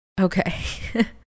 Okay